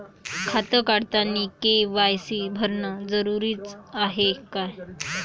खातं काढतानी के.वाय.सी भरनं जरुरीच हाय का?